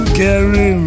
carry